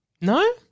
No